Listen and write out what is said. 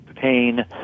Pain